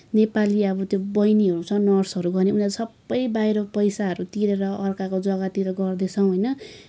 नेपाली अब त्यो बहिनीहरू छ नर्सहरू गर्ने उनीहरू सबै बाहिर पैसाहरू तिरेर अर्काको जग्गातिर गर्दैछ होइन